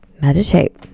meditate